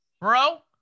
bro